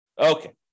Okay